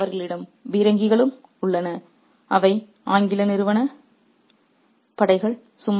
'அவர்களிடம் பீரங்கிகளும் உள்ளன' அவை ஆங்கில நிறுவனப் படைகள்